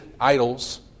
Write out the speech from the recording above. idols